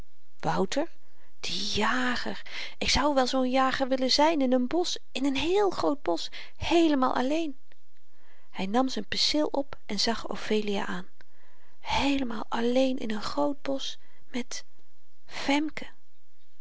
wouter die jager ik zou wel zoo'n jager willen zyn in een bosch in n heel groot bosch heelemaal alleen hy nam z'n penseel op en zag ophelia aan heelemaal alleen in n groot bosch met femke